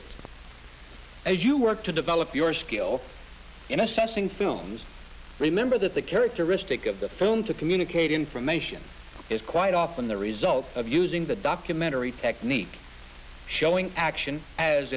as you work to develop your skill in assessing films remember that the characteristic of the film to communicate information is quite often the result of you doing the documentary technique showing action as